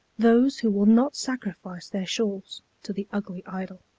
those who will not sacrifice their shawls to the ugly idol.